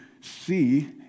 see